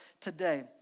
today